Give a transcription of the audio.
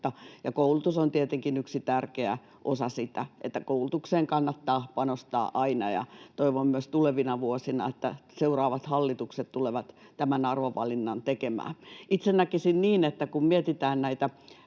koulutus on tietenkin yksi tärkeä osa sitä. Koulutukseen kannattaa siis panostaa aina, ja toivon, että myös tulevina vuosina seuraavat hallitukset tulevat tämän arvovalinnan tekemään. Itse näkisin, että kun mietitään näitä